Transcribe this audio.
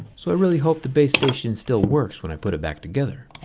so i really hope the base station still works when i put it back together.